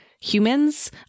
humans